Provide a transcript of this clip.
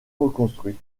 reconstruit